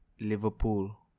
Liverpool